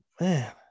man